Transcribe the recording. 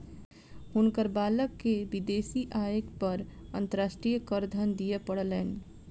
हुनकर बालक के विदेशी आय पर अंतर्राष्ट्रीय करधन दिअ पड़लैन